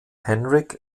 henrik